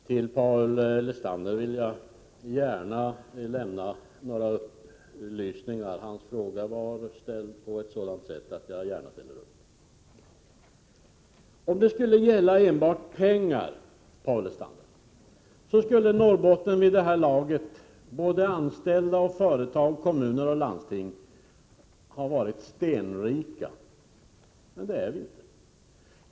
Fru talman! Till Paul Lestander vill jag gärna lämna några upplysningar. Hans fråga ställdes på ett sådant sätt att jag gärna svarar. Om det skulle gälla enbart pengar, Paul Lestander, skulle Norrbotten vid det här laget — det gäller såväl anställda och företag som kommuner och landsting — ha varit stenrikt. Men så är det inte.